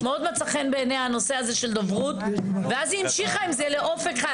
מאוד מצא חן בעיניה הנושא הזה של דוברות ואז היא המשיכה עם זה לאופק.